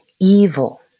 evil